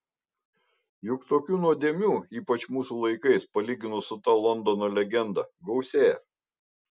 juk tokių nuodėmių ypač mūsų laikais palyginus su ta londono legenda gausėja